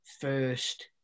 first